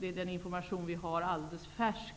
Det är den information som vi har alldeles färsk.